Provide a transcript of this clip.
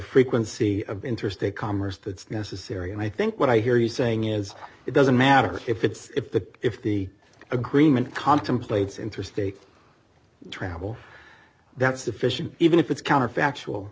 frequency of interstate commerce that's going to syria and i think what i hear you saying is it doesn't matter if it's if the if the agreement contemplates interstate travel that's sufficient even if it's counterfactual